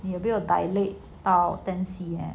你有没有 dilate 到 ten C_M